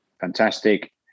Fantastic